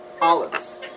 olives